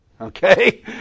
Okay